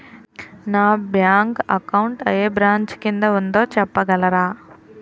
నా bank account ఏ branch కిందా ఉందో చెప్పగలరా?